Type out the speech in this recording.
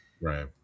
Right